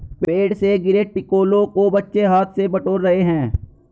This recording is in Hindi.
पेड़ से गिरे टिकोलों को बच्चे हाथ से बटोर रहे हैं